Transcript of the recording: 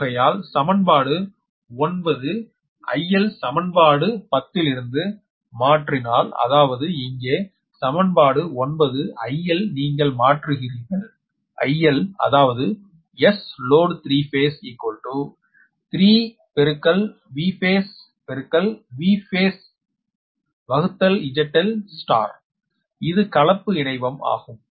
ஆகையால் சமன்பாடு 9 𝑰𝑳 சமன்பாடு 10 இலிருந்து மாற்றுதல் அதாவது இங்கே சமன்பாடு 9 𝑰𝑳 நீங்கள் மாற்றுகிறீர்கள் 𝑰𝑳 அதாவது Sload3Vphase இது கலப்பு இணைவம் ஆகும்